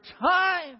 time